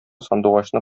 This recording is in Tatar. сандугачны